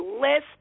list